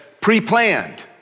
pre-planned